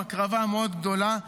הקרבה גדולה מאוד,